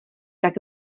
tak